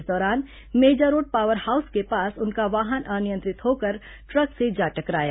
इस दौरान Meja road power house के पास उनका वाहन अनियंत्रित होकर ट्रक से जा टकराया